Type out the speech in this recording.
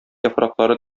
яфраклары